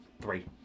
three